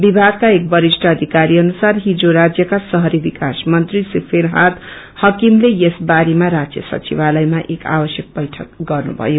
विभागका एक वरिष्ठ अधिकारी अनुसार हिजो राज्यका शहरी विकास मन्त्री श्री फिरहाद इकिमले यस बारेमा राज्य सचिवालयमा एक आवश्यक बैठक गर्नुभयो